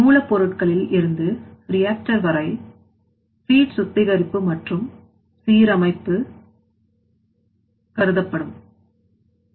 மூலப் பொருட்களில் இருந்து reactor வரை feed சுத்திகரிப்பு மற்றும் சீரமைப்பு வெப்பம்உணர்திறன் அல்லது அழுத்தம்உணர்திறன் கருதப்படும்